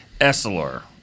Essler